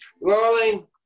Rolling